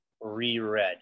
reread